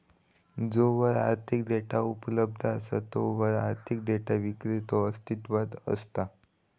जोवर आर्थिक डेटा उपलब्ध असा तोवर आर्थिक डेटा विक्रेतो अस्तित्वात असता